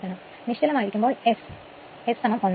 നിശ്ചലമായിരിക്കുമ്പോൾ S S 1